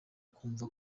kumva